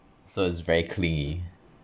so it's very clean